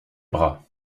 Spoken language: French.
bras